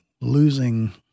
losing